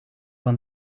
van